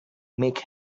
make